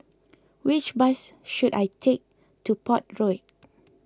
which bus should I take to Port Road